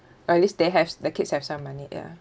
or at least they have s~ the kids have some money ya